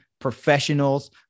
professionals